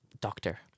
doctor